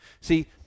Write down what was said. See